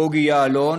בוגי יעלון,